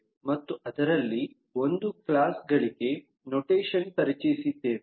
ಮತ್ತು ಅದರಲ್ಲಿ ಒಂದು ಕ್ಲಾಸ್ ಗಳಿಗೆ ನೊಟೆಷನ್ ಪರಿಚಯಿಸಿದ್ದೇವೆ